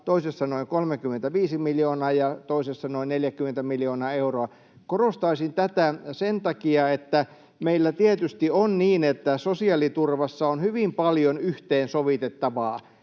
toisessa noin 35 miljoonaa ja toisessa noin 40 miljoonaa euroa. Korostaisin tätä sen takia, että meillä tietysti on niin, että sosiaaliturvassa on hyvin paljon yhteensovitettavaa.